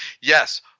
Yes